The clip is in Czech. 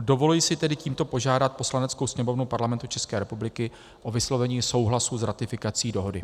Dovoluji si tedy tímto požádat Poslaneckou sněmovnu Parlamentu České republiky o vyslovení souhlasu s ratifikací dohody.